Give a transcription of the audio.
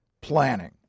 planning